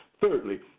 Thirdly